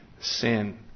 sin